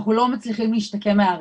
אנחנו לא מצליחים להשתקם מההריסות.